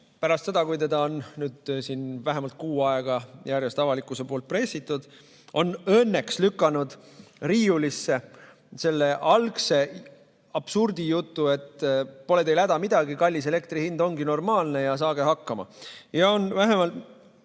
pärast seda, kui teda on nüüd siin vähemalt kuu aega järjest avalikkuse poolt pressitud, on õnneks lükanud riiulisse selle algse absurdijutu, et pole teil häda midagi, kallis elektri hind ongi normaalne ja saage hakkama, ja on vähemalt